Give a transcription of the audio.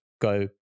go